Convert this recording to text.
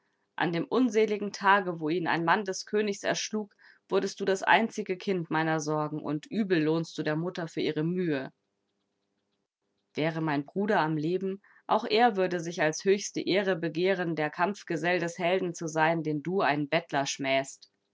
an dem unseligen tage wo ihn ein mann des königs erschlug wurdest du das einzige kind meiner sorgen und übel lohnst du der mutter für ihre mühe wäre mein bruder am leben auch er würde sich als höchste ehre begehren der kampfgesell des helden zu sein den du einen bettler schmähst